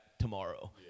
tomorrow